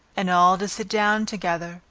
and all to sit down together,